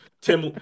Tim